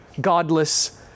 godless